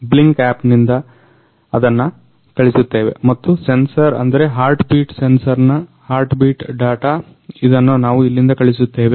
Blynk app ನಿಂದ ಅದನ್ನ ಕಳಿಸುತ್ತೇವೆ ಮತ್ತು ಸೆನ್ಸರ್ ಅಂದ್ರೆ ಹಾರ್ಟ್ಬೀಟ್ ಸೆನ್ಸರ್ನ ಹಾರ್ಟ್ಬೀಟ್ ಡಾಟ ಇದನ್ನ ನಾವು ಇಲ್ಲಿಂದ ಕಳಿಸುತ್ತೇವೆ